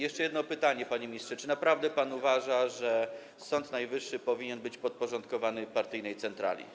Jeszcze jedno pytanie, panie ministrze: Czy naprawdę pan uważa, że Sąd Najwyższy powinien być podporządkowany partyjnej centrali?